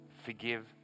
forgive